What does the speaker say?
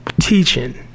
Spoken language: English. Teaching